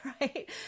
right